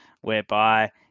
whereby